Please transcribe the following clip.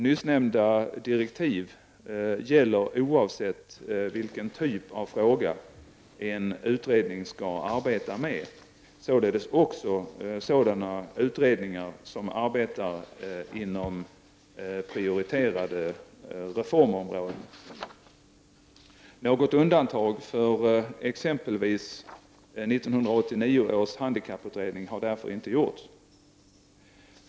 Nyssnämnda direktiv gäller oavsett vilken typ av fråga en utredning skall arbeta med, således också sådana utredningar som arbetar inom prioriterade reformområden. Något undantag för exempelvis 1989 års handikapputredning har därför inte gjorts.